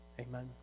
Amen